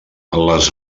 les